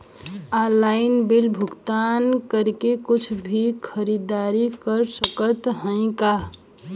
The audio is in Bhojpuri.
ऑनलाइन बिल भुगतान करके कुछ भी खरीदारी कर सकत हई का?